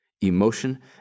emotion